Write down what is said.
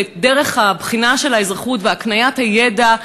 ואת דרך הבחינה של האזרחות והקניית הידע,